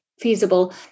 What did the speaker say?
feasible